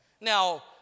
now